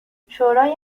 شورای